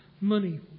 money